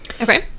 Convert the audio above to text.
Okay